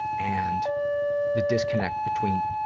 and the disconnect between,